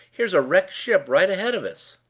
here's a wrecked ship right ahead of us!